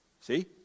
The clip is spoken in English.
See